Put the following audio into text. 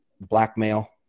blackmail